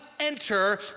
enter